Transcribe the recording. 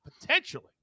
potentially